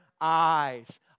eyes